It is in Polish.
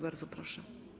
Bardzo proszę.